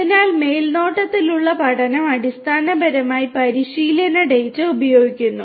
അതിനാൽ മേൽനോട്ടത്തിലുള്ള പഠനം അടിസ്ഥാനപരമായി പരിശീലന ഡാറ്റ ഉപയോഗിക്കുന്നു